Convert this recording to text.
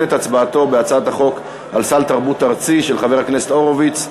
את הצבעתו בהצעת החוק על סל תרבות ארצי של חבר הכנסת הורוביץ,